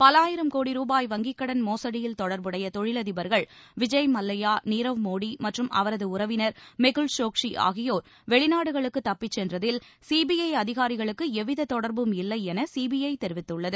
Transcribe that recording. பல ஆயிரம் கோடி ரூபாய் வங்கிக் கடன் மோசுடியில் தொடர்புடைய தொழிலதிபர்கள் விஜய் மல்வையா நீரவ் மோடி மற்றும் அவரது உறவினர் மெகுல் சோக்ஷி ஆகியோர் வெளிநாடுகளுக்கு தப்பிச் சென்றதில் சிபிஐ அதிகாரிகளுக்கு எவ்வித தொடர்பும் இல்லை என சிபிஐ தெரிவித்துள்ளது